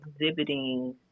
exhibiting